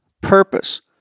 purpose